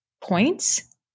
points